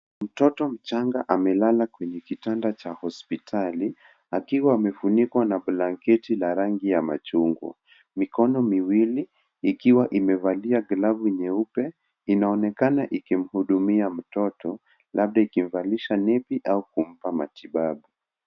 Mtoto mchanga amelala kwenye kitanda cha hospitali akiwa amefunikwa na blanketi na rangi ya machungwa. Mikono miwili ikiwa imevalia glavu nyeupe inaonekana ikimhudumia mtoto labda ikivalisha nepi au kumpa matibabu.